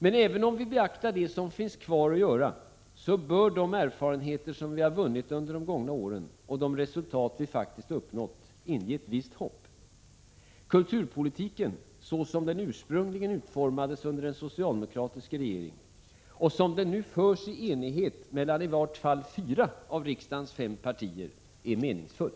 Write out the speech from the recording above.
Men även om vi beaktar det som finns kvar att göra, bör de erfarenheter som vi har vunnit under de gångna åren och de resultat vi faktiskt har uppnått inge ett visst hopp: kulturpolitiken, såsom den ursprungligen utformades under en socialdemokratisk regering och som den nu förs i enighet mellan i vart fall fyra av riksdagens fem partier, är meningsfull.